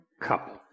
couple